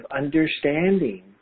understanding